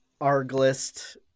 Arglist